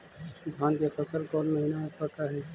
धान के फसल कौन महिना मे पक हैं?